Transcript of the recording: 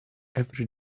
every